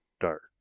dark